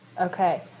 Okay